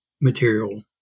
material